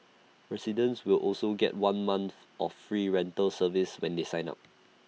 residents will also get one month of free rental service when they sign up